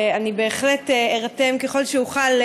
אני בהחלט אירתם ככל שאוכל.